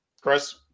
chris